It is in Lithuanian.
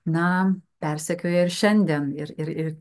na persekioja ir šiandien ir ir ir